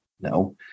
no